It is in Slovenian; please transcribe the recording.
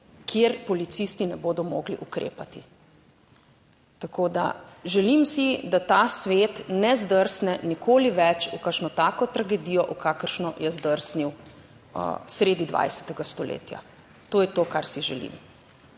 kjer policisti ne bodo mogli ukrepati. Tako da želim si, da ta svet ne zdrsne nikoli več v kakšno tako tragedijo, v kakršno je zdrsnil sredi 20. stoletja. To je to, kar si želim.